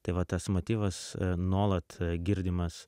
tai va tas motyvas nuolat girdimas